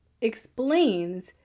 explains